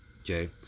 Okay